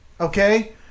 Okay